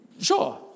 Sure